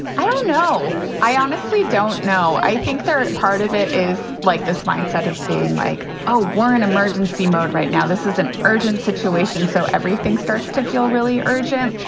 i don't know. i honestly don't know. i think part of it is like this mindset of being like a war in emergency mode right now. this is an urgent situation. so everything starts to feel really urgent.